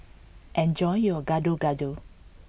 enjoy your Gado Gado